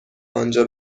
آنجا